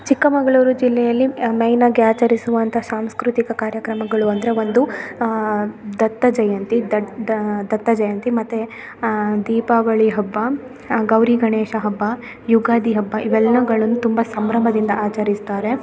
ಚಿಕ್ಕಮಗಳೂರು ಜಿಲ್ಲೆಯಲ್ಲಿ ಮೆಯ್ನಾಗಿ ಅಚರಿಸುವಂಥ ಸಾಂಸ್ಕೃತಿಕ ಕಾರ್ಯಕ್ರಮಗಳು ಅಂದರೆ ಒಂದು ದತ್ತ ಜಯಂತಿ ದಡ್ದ್ ದತ್ತ ಜಯಂತಿ ಮತ್ತು ದೀಪಾವಳಿ ಹಬ್ಬ ಗೌರಿ ಗಣೇಶ ಹಬ್ಬ ಯುಗಾದಿ ಹಬ್ಬ ಇವೆಲ್ಲಗಳನ್ನ ತುಂಬ ಸಂಭ್ರಮದಿಂದ ಆಚರಿಸ್ತಾರೆ